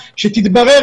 ההסתכלות היא היברידית,